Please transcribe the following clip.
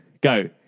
Go